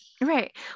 Right